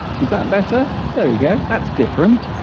is that better there we go that's different